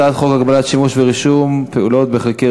הצעת חוק הגבלת השימוש ורישום פעולות בחלקי